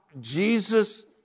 Jesus